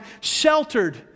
sheltered